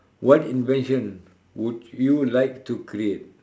what invention would you like to create